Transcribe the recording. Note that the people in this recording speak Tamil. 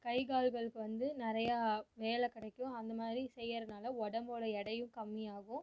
கை கால்களுக்கு வந்து நிறையா வேலை கிடைக்கும் அந்த மாதிரி செய்யறதனால உடம்போட எடையும் கம்மியாகும்